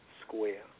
square